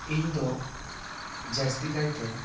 ᱤᱧ ᱫᱚ ᱡᱟᱹᱥᱛᱤ ᱠᱟᱭ ᱛᱮ